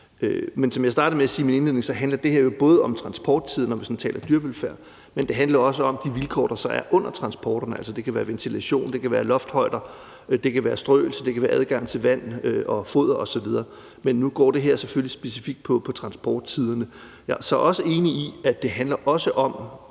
Som jeg startede med at sige i min indledning, handler det her jo både om transporttiden, når vi taler om dyrevelfærd, men også om de vilkår, der så er under transporterne. Det kan være ventilation, loftshøjde, strøelse, adgang til vand og foder osv., men nu går det her selvfølgelig specifikt på transporttiderne. Jeg er så også enig i, at det også handler om